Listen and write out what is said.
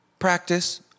Practice